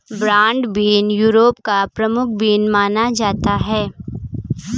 broad bean Europe का प्रमुख bean माना जाता है